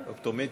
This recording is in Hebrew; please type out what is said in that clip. באופטומטריה.